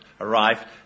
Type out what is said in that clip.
arrived